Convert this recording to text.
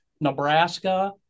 Nebraska